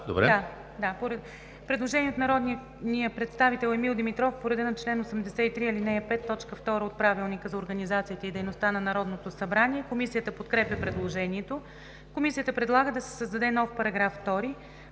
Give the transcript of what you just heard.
Предложение от народния представител Емил Димитров по реда на чл. 83, ал. 5, т. 2 от Правилника за организацията и дейността на Народното събрание. Комисията подкрепя предложението. Комисията предлага да се създаде нов § 2: „§ 2.